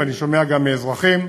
ואני שומע גם מאזרחים,